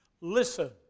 Listen